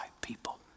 people